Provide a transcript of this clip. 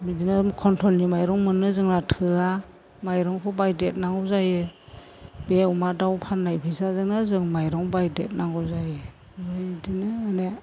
बिदिनो कन्ट्र'लनि माइरं मोनो जोंना थोआ माइरंखौ बायदेरनांगौ जायो बे अमा दाउ फाननाय फैसाजोंनो जों माइरं बायदेरनांगौ जायो ओमफ्राय बिदिनो माने